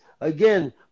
again